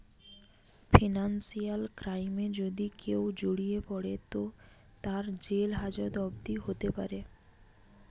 financial ক্রাইমে যদি কেও জড়িয়ে পড়ে তো তার জেল হাজত অবদি হোতে পারে